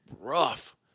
rough